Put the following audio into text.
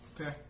Okay